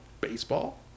baseball